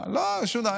לא, שום דבר.